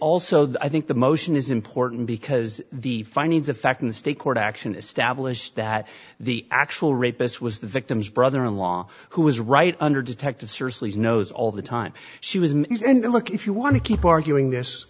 also i think the motion is important because the findings of fact in the state court action establish that the actual rapist was the victim's brother in law who was right under detective seriously knows all the time she was and look if you want to keep arguing this